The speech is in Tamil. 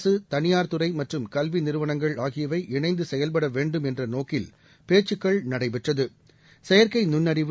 அரசு தனியார் துறை மற்றும் கல்வி நிறுவனங்கள் ஆகியவைகள் இணைந்து செயல்பட வேண்டும் என்ற நோக்கில் பேச்சுக்கள் நடைபெற்றது செயற்கை நுண்ணறிவு